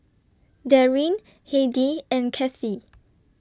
Darryn Heidy and Kathi